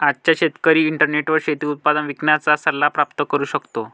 आजचा शेतकरी इंटरनेटवर शेती उत्पादन विकण्याचा सल्ला प्राप्त करू शकतो